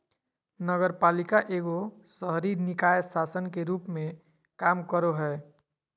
नगरपालिका एगो शहरी निकाय शासन के रूप मे काम करो हय